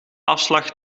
afslag